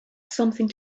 something